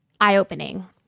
eye-opening